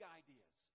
ideas